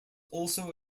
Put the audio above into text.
also